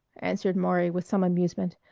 answered maury with some amusement,